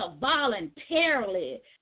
voluntarily